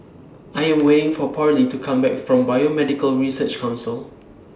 I Am waiting For Parlee to Come Back from Biomedical Research Council